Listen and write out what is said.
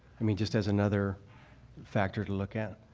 i mean just as another factor to look at.